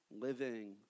living